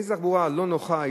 איזו תחבורה לא נוחה,